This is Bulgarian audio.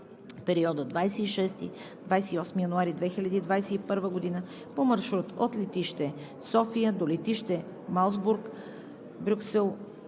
периода от 26 – 28 януари 2021 г. по маршрут от летище София до летище „Мелсбрук“, Брюксел,